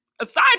aside